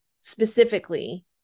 specifically